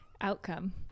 outcome